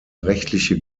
rechtliche